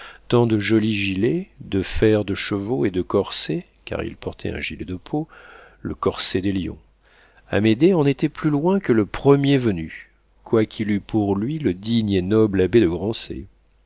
tant de jolis gilets de fers de chevaux et de corsets car il portait un gilet de peau le corset des lions amédée en était plus loin que le premier venu quoiqu'il eût pour lui le digne et noble abbé de grancey